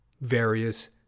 various